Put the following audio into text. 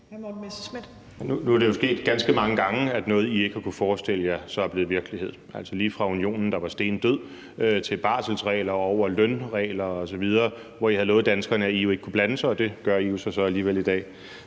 Nu er det sket ganske mange gange, at noget, I ikke har kunnet forestille jer, er blevet virkelighed. Det gælder lige fra Unionen, der var stendød, til barselsregler og over lønregler osv., hvor I har lovet danskerne, at EU ikke kunne blande sig, men det gør EU så så alligevel i dag.